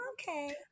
okay